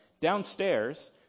Downstairs